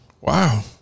Wow